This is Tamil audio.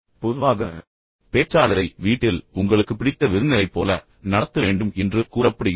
பொதுவாக பேச்சாளரை வீட்டில் உங்களுக்கு பிடித்த விருந்தினரைப் போல நடத்த வேண்டும் என்று கூறப்படுகிறது